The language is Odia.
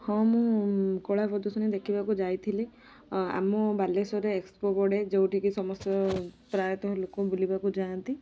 ହଁ ମୁଁ କଳା ପ୍ରଦର୍ଶନୀ ଦେଖିବାକୁ ଯାଇଥିଲି ଆମ ବାଲେଶ୍ୱରରେ ଏକ୍ସପୋ ପଡ଼େ ଯୋଉଠି କି ସମସ୍ତ ପ୍ରାୟତଃ ଲୋକ ବୁଲିବାକୁ ଯାଆନ୍ତି